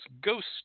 Ghost